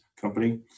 company